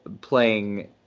playing